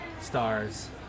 stars